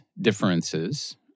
differences